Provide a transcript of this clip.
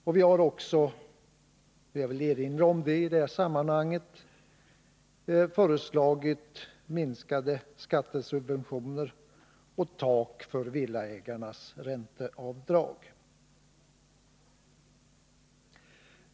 Jag vill i det här sammanhanget också erinra om att vi har föreslagit minskade skattesubventioner och tak för villaägarnas ränteavdrag.